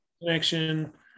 connection